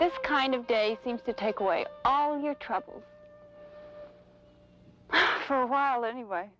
this kind of day seems to take away all your troubles for a while anyway